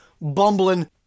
bumbling